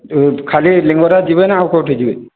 ଯେଉଁ ଖାଲି ଲିଙ୍ଗରାଜ ଯିବେ ନା ଆଉ କେଉଁଠିକି ଯିବେ